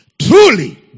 truly